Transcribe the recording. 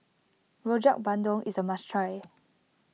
Rojak Bandung is a must try